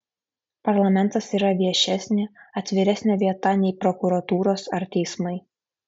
parlamentas yra viešesnė atviresnė vieta nei prokuratūros ar teismai